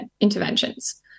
interventions